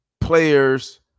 players